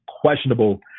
questionable